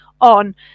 on